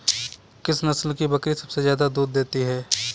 किस नस्ल की बकरी सबसे ज्यादा दूध देती है?